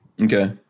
Okay